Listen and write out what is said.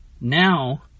Now